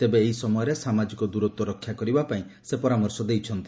ତେବେ ଏହି ସମୟରେ ସାମାଜିକ ଦୂରତ୍ୱ ରକ୍ଷା କରିବାପାଇଁ ସେ ପରାମର୍ଶ ଦେଇଛନ୍ତି